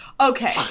Okay